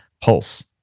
pulse